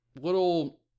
little